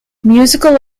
musical